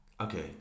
Okay